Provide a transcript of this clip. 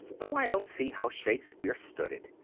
though i don't see how shakespeare stood it.